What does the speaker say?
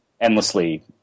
endlessly